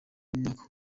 y’umwaka